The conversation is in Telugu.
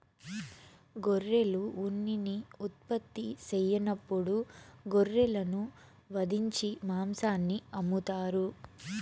గొర్రెలు ఉన్నిని ఉత్పత్తి సెయ్యనప్పుడు గొర్రెలను వధించి మాంసాన్ని అమ్ముతారు